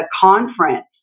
conference